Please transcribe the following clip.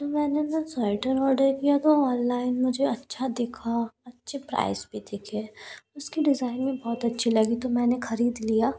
तो मैंने ना स्वैटर ऑडर किया तो ऑनलाइन मुझे अच्छा दिखा अच्छे प्राइस भी दिखे उसके डिज़ाइन भी बहुत अच्छी लगी तो मैंने ख़रीद लिया